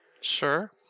Sure